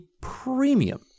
premium